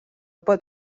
pot